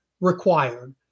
required